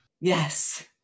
Yes